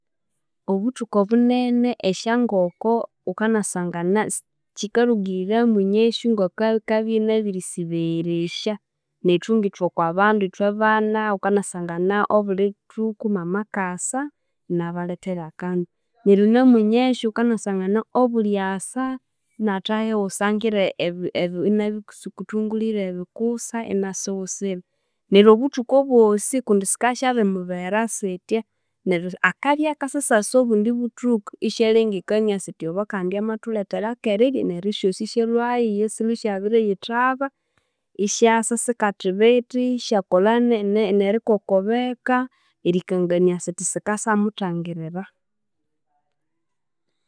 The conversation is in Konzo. Obuthuku obunene esyangoko wukanasangana si kikalhugirira mwinyesyo ng'okwakabya inabirisibegheresya, nethu ng'ithw'e oko bandu ithwe bana wukanasangana obuli buthuku mama akasa inabalhethera akandu, neryo namwinyesyo wukanasangana obuliasa inathahiwusangira ebi- ebi inabikuthungulhira ebikusa inasiwusira, neryo obuthuku obosi kundi sikabya isyabirimubeghera sithya neryo akabya akasasyasa obundi buthuku isyalhengekania sithi obo kandi amathulhethera ak'erirya neryo esyosi isyalhwayo eyasilhwe isyabiriyithaba, isyasa sikathibitha isyakolha ne n'erikokobika erikangania sithi sikasyamuthangirira.